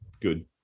good